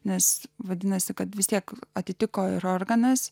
nes vadinasi kad vis tiek atitiko ir organas